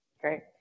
Great